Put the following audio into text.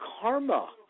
karma